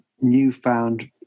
newfound